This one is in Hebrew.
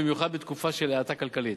במיוחד בתקופה של האטה כלכלית.